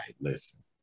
listen